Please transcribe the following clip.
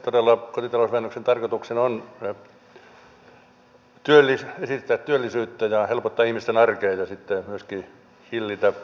todella kotitalousvähennyksen tarkoituksena on edistää työllisyyttä ja helpottaa ihmisten arkea ja myöskin hillitä harmaata taloutta